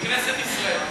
בכנסת ישראל.